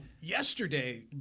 yesterday